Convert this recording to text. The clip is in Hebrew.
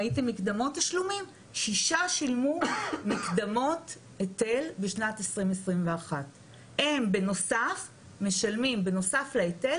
שישה שילמו מקדמות היטל בשנת 2021. בנוסף להיטל